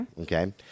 Okay